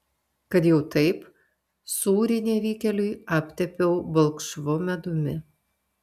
kad jau taip sūrį nevykėliui aptepiau balkšvu medumi